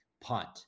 punt